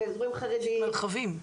באיזורים חרדיים,